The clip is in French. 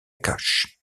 cash